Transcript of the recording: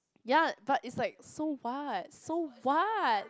ya but it's like so what so what